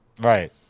Right